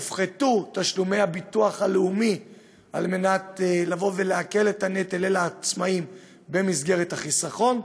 הופחתו תשלומי הביטוח הלאומי על מנת לבוא ולהקל את הנטל במסגרת החיסכון,